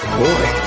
boy